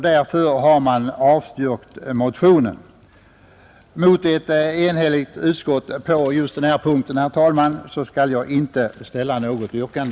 Därför har utskottet avstyrkt motionen. Herr talman! Jag skall inte ställa något yrkande mot ett på denna punkt enhälligt utskott.